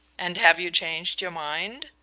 and have you changed your mind?